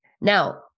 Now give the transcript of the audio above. Now